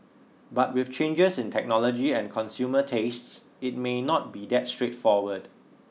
but with changes in technology and consumer tastes it may not be that straightforward